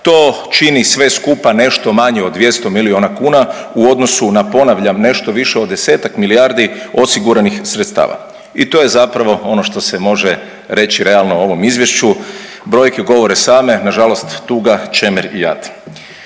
To čini sve skupa nešto manje od 200 milijuna kuna u odnosu na, ponavljam, nešto više od 10-ak milijardi osiguranih sredstava i to je zapravo ono što je može reći realno o ovom Izvješću. Brojke govore same, nažalost tuga, čemer i jad.